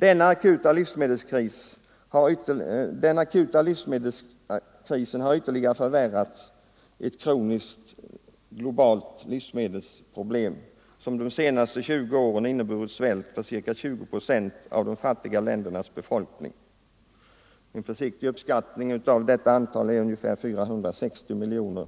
Denna akuta livsmedelskris har ytterligare förvärrat ett kroniskt globalt livsmedelsproblem som de senaste 20 åren inneburit svält för ca 20 procent av de fattiga ländernas befolkning. Enligt en försiktig beräkning uppgick antalet människor med allvarlig undernäring till ca 460 miljoner